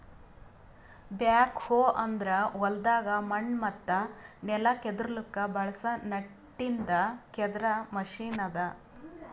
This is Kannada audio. ಬ್ಯಾಕ್ ಹೋ ಅಂದುರ್ ಹೊಲ್ದಾಗ್ ಮಣ್ಣ ಮತ್ತ ನೆಲ ಕೆದುರ್ಲುಕ್ ಬಳಸ ನಟ್ಟಿಂದ್ ಕೆದರ್ ಮೆಷಿನ್ ಅದಾ